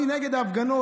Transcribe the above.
אני נגד ההפגנות,